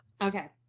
Okay